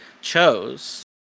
chose